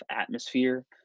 atmosphere